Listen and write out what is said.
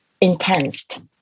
intense